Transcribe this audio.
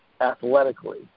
athletically